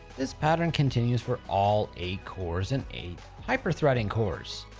this pattern continues for all eight cores and eight hyper-threading cores.